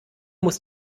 muss